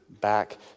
back